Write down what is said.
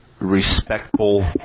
respectful